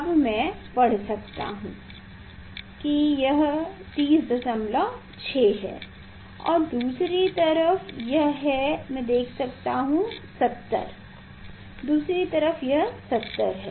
अब मैं पढ़ सकता हूँ कि यह 306 है और दूसरी तरफ यह है कि मैं देख सकता हूँ कि यह 70 है दूसरी तरफ यह 70 है